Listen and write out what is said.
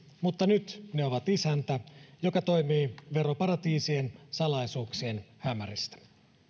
mutta nyt ne ovat isäntä joka toimii veroparatiisien salaisuuksien hämäristä